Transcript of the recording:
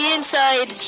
Inside